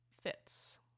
fits